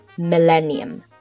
millennium